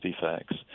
defects